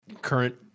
Current